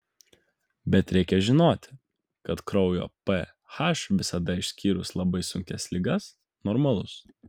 bet reikia žinoti kad kraujo ph visada išskyrus labai sunkias ligas normalus